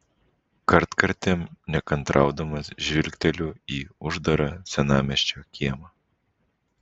kartkartėm nekantraudamas žvilgteliu į uždarą senamiesčio kiemą